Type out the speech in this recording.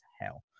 hell